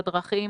בדרכים,